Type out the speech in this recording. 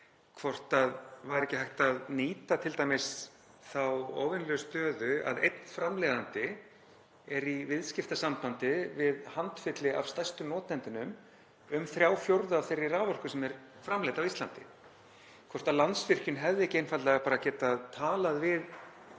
hvort það væri ekki hægt að nýta t.d. þá óvenjulegu stöðu að einn framleiðandi er í viðskiptasambandi við handfylli af stærstu notendunum um þrjá fjórðu af þeirri raforku sem er framleidd á Íslandi. Hvort Landsvirkjun hefði ekki einfaldlega bara getað talað við